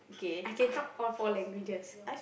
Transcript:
I can talk all four languages